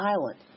Island